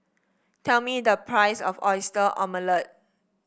tell me the price of Oyster Omelette